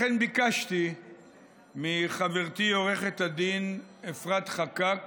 לכן ביקשתי מחברתי עו"ד אפרת חקק